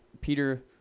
Peter